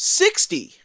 sixty